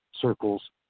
circles